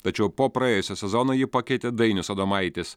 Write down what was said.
tačiau po praėjusio sezono jį pakeitė dainius adomaitis